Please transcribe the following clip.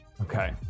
Okay